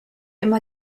immer